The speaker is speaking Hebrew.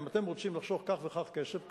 אם אתם רוצים לחסוך כך וכך כסף,